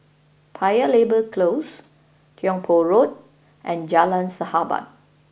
Paya Lebar Close Tiong Poh Road and Jalan Sahabat